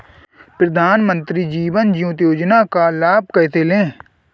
प्रधानमंत्री जीवन ज्योति योजना का लाभ कैसे लें?